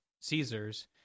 Caesar's